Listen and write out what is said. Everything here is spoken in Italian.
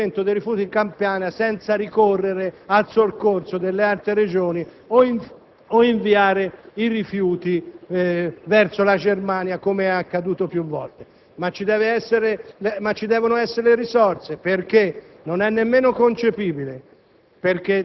lo smaltimento dei rifiuti in Campania, senza ricorrere al soccorso di altre Regioni o inviando i rifiuti verso la Germania, com'è accaduto più volte. Ma ci devono essere le risorse. Non è nemmeno concepibile